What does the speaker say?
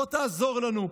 בוא תעזור לנו,